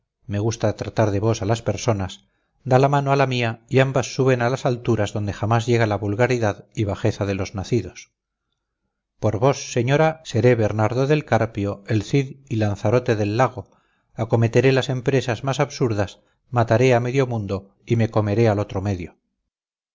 eres una criatura de otros tiempos porque vuestra alma señora me gusta tratar de vos a las personas da la mano a la mía y ambas suben a las alturas donde jamás llega la vulgaridad y bajeza de los nacidos por vos señora seré bernardo del carpio el cid y lanzarote del lago acometeré las empresas más absurdas mataré a medio mundo y me comeré al otro medio